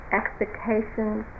expectations